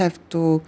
have to